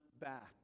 back